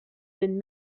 been